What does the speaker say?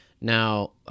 Now